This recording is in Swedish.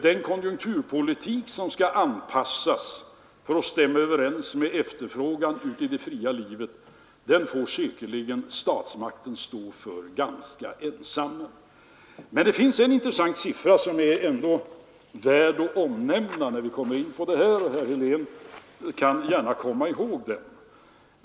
Den konjunkturpolitik som skall anpassas efter efterfrågan ute i det fria livet får säkerligen statsmakten ensam stå för. Men det finns en intressant siffra som är värd att nämna, när vi kommer in på detta, och herr Helén kan gärna komma ihåg den.